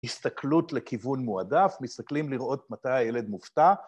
טקסט